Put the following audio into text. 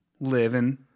living